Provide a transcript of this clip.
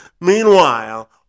Meanwhile